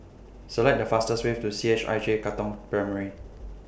Select The fastest Way to C H I J Katong Primary